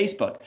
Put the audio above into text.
Facebook